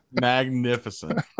Magnificent